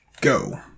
go